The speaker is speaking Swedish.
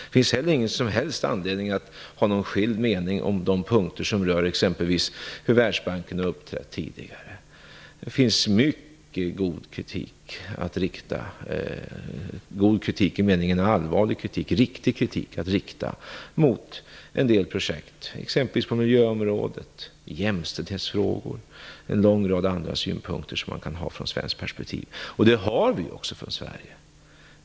Det finns heller ingen som helst anledning att ha någon annan mening om de punkter som exempelvis rör hur Världsbanken har uppträtt tidigare. Det finns mycket allvarlig kritik att rikta mot en del projekt, t.ex. på miljöområdet och när det gäller jämställdhetsfrågor. Det finns en lång rad andra synpunkter som man kan ha, sett i ett svenskt perspektiv. Det har vi också i Sverige.